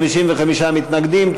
55 מתנגדים,